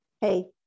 Hey